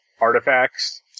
artifacts